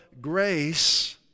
grace